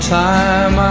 time